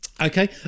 okay